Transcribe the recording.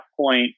point